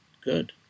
good